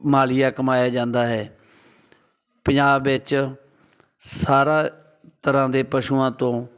ਮਾਲੀਆ ਕਮਾਇਆ ਜਾਂਦਾ ਹੈ ਪੰਜਾਬ ਵਿੱਚ ਸਾਰਾ ਤਰ੍ਹਾਂ ਦੇ ਪਸ਼ੂਆਂ ਤੋਂ